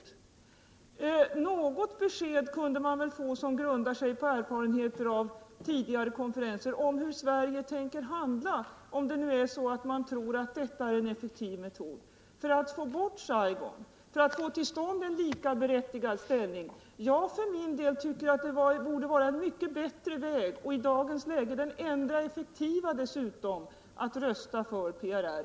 Vi kunde väl få något besked om hur Sverige, på grundval av erfarenheter från tidigare konferenser, tänker handla och om regeringen tror att detta är en effektiv metod för att få bort Saigon och för att få till stånd en likaberättigad ställning. Jag för min del tycker att det borde vara en mycket bättre väg — i dagens läge den enda effektiva dessutom — att rösta för PRR.